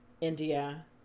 india